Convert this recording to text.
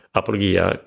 Apologia